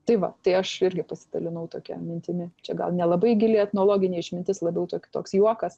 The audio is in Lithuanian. tai va tai aš irgi pasidalinau tokia mintimi čia gal nelabai gili etnologinė išmintis labiau toks juokas